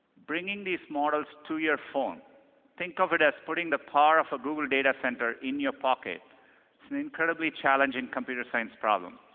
bringing these models to your phone think of it as putting the power of a google data center in your pocket is an incredibly challenging computer science problem.